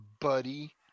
Buddy